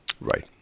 Right